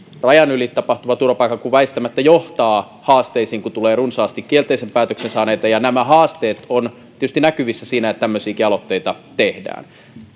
rajan yli tapahtuva turvapaikanhaku väistämättä johtaa haasteisiin kun tulee runsaasti kielteisen päätöksen saaneita ja nämä haasteet ovat tietysti näkyvissä siinä että tämmöisiäkin aloitteita tehdään